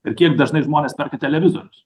ir kiek dažnai žmonės perka televizorius